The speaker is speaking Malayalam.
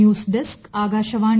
news desk Akashvani